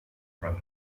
prime